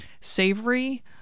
savory